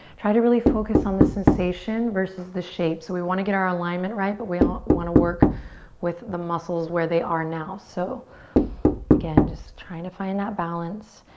try to really focus on the sensation versus the shape. so we want to get our alignment right but we um want want to work with the muscles where they are now. so again, just trying to find that balance.